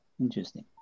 Interesting